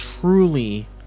truly